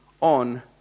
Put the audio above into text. on